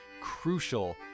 crucial